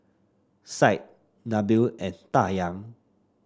Syed Nabil and Dayang